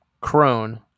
crone